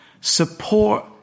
Support